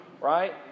right